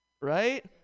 Right